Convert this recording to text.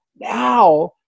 Now